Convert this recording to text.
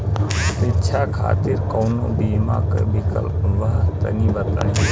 शिक्षा खातिर कौनो बीमा क विक्लप बा तनि बताई?